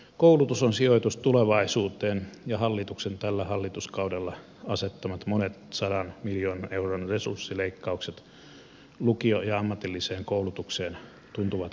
koulutus on sijoitus tulevaisuuteen ja hallituksen tällä hallituskaudella asettamat monen sadan miljoonan euron resurssileikkaukset lukio ja ammatilliseen koulutukseen tuntuvat kohtuuttomilta